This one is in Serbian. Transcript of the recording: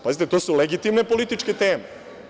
Pazite, to su legitimne političke teme.